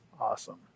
Awesome